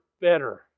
Better